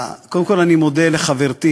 קודם כול, אני מודה לחברתי